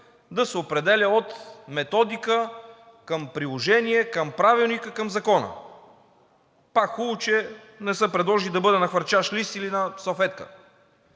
да се определя от методика към приложение към Правилника към Закона! Пак хубаво, че не са предложили да бъде на хвърчащ лист или на салфетка.